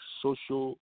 social